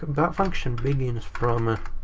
but function begins from, ah